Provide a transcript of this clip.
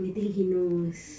we think he knows